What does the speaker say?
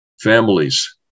families